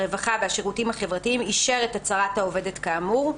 הרווחה והשירותים החברתיים אישר את הצהרת העובדת כאמור,